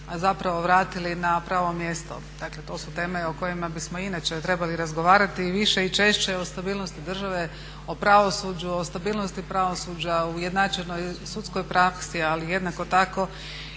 zapravo vratili na pravo mjesto. Dakle, to su teme o kojima bismo inače trebali razgovarati, više i češće o stabilnosti države, o pravosuđu, o stabilnosti pravosuđa, ujednačenoj sudskoj praksi ali jednako tako